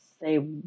say